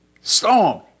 storm